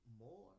more